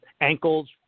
ankles